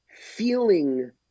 feeling